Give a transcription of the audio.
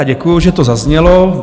Děkuji, že to zaznělo.